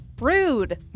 Rude